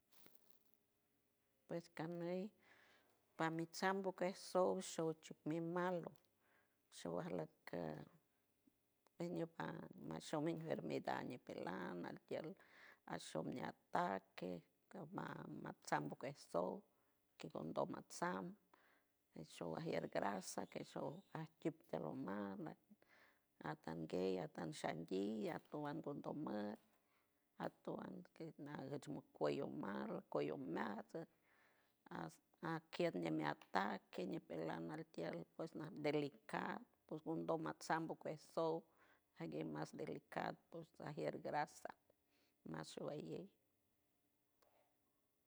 Pues kaney pa mi chambo kej show show chuk mi malo showajleck mi ñupan ñashu mi enfermedad ñipelan altiel ashop mi ataque ma matsombaj kej sow ngondom matsam showajier grasa akejshow ajkip tiel umal atanguey atenshandia atuan ngondom mat atuan gue nagech ucuello umal ucuello umiats atkiet nimiet ataque ñipelan altiel pues ngondom matsam ukuej sow ajguey mas delicado sajier grasa showalley.